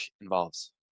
involves